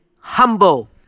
humble